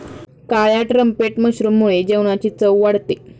काळ्या ट्रम्पेट मशरूममुळे जेवणाची चव वाढते